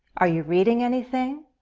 are you reading anything?